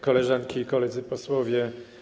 Koleżanki i Koledzy Posłowie!